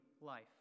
life